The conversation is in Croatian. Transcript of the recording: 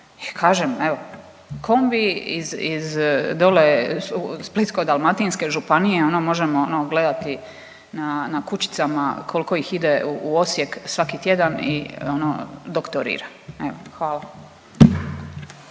kažem evo, kombi iz dole Splitsko-dalmatinske županije ono možemo gledati na kućicama kolko ih ide u Osijek svaki tjedan i doktorira. Evo hvala.